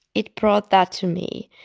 it brought that to me.